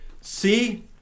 See